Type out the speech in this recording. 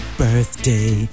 birthday